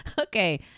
Okay